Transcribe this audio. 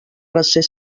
recer